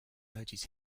urges